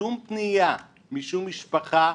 שום פנייה משום משפחה,